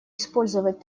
использовать